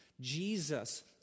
Jesus